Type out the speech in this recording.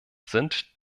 sind